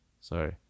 Sorry